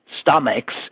stomachs